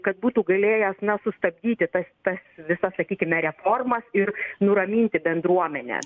kad būtų galėjęs na sustabdyti tas tas visas sakykime reformas ir nuraminti bendruomenę